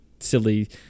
silly